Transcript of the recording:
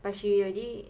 but she already